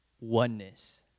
oneness